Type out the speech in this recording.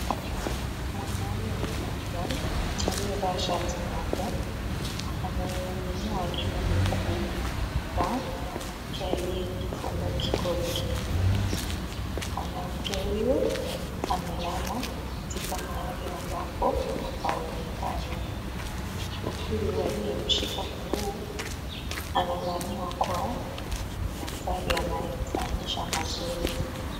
Mwanamme mmoja aliyevaa shati nyeupe ameinua juu miguu ya mwanamke aliyejifunga kikoi kiunoni. Mwanamke huyu amelala katika mahali ambapo hapaonekani. Mtu huyu aliyemshika mguu anadhaniwa kuwa daktari anayemfanyisha mazoezi.